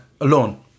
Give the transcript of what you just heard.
alone